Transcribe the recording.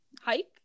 hike